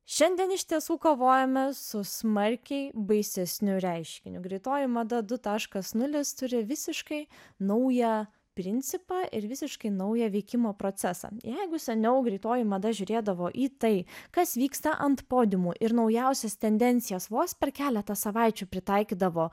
šiandien iš tiesų kovojame su smarkiai baisesniu reiškiniu greitoji mada du taškas nulis turi visiškai naują principą ir visiškai naują veikimo procesą jeigu seniau greitoji mada žiūrėdavo į tai kas vyksta ant podiumų ir naujausias tendencijas vos per keletą savaičių pritaikydavo